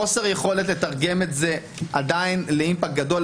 חוסר יכולת לתרגם את זה עדיין לאימפקט גדול,